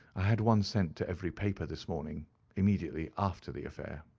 i had one sent to every paper this morning immediately after the affair.